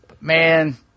Man